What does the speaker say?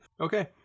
Okay